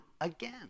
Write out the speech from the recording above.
again